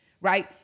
right